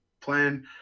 plan